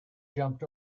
jumped